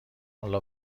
والا